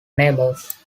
neighbors